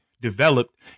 developed